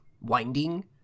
winding